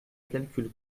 calcul